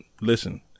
Listen